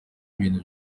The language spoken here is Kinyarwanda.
ibintu